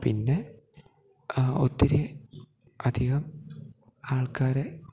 പിന്നെ ഒത്തിരി അധികം ആൾക്കാരെ